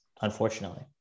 unfortunately